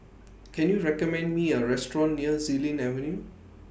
Can YOU recommend Me A Restaurant near Xilin Avenue